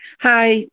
Hi